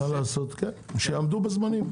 שיעמדו בזמנים.